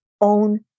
own